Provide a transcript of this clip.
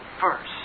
first